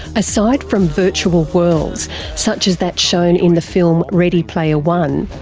aside from virtual worlds such as that shown in the film ready player one,